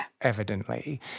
evidently